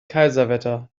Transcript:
kaiserwetter